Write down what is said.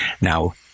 Now